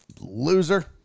loser